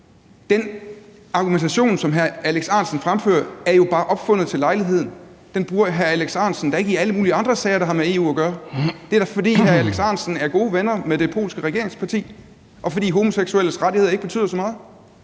Den argumentation, som hr. Alex Ahrendtsen fremfører, er jo bare opfundet til lejligheden. Den bruger hr. Alex Ahrendtsen da ikke i alle mulige andre sager, der har med EU at gøre. Det er da, fordi hr. Alex Ahrendtsen er gode venner med det polske regeringsparti, og fordi homoseksuelles rettigheder ikke betyder så meget.